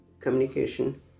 communication